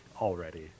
already